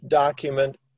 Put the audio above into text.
Document